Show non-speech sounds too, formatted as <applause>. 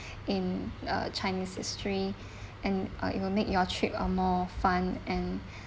<breath> in uh chinese history and uh it will make your trip a more fun and